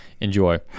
enjoy